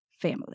family